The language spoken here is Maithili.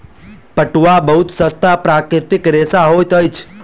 पटुआ बहुत सस्ता प्राकृतिक रेशा होइत अछि